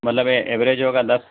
مطلب ایوریج ہوگا دس